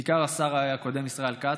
בעיקר השר הקודם ישראל כץ,